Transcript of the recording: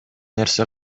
нерсе